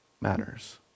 matters